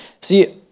See